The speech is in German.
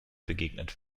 begegnet